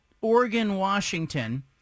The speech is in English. Oregon-Washington